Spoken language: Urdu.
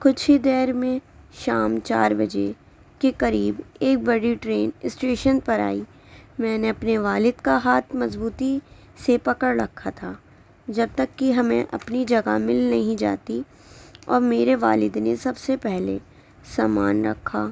کچھ ہی دیر میں شام چار بجے کے قریب ایک بڑی ٹرین اسٹیشن پر آئی میں نے اپنے والد کا ہاتھ مضبوطی سے پکڑ رکھا تھا جب تک کہ ہمیں اپنی جگہ مل نہیں جاتی اور میرے والد نے سب سے پہلے سامان رکھا